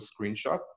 screenshot